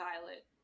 Violet